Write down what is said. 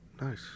nice